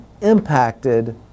impacted